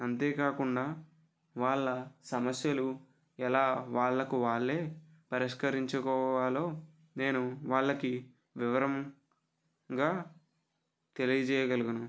అంతేకాకుండా వాళ్ళ సమస్యలు ఎలా వాళ్ళకు వాళ్ళే పరిష్కరించుకోవాలో నేను వాళ్ళకి వివరంగా తెలియజేయగలుగును